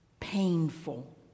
painful